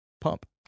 pump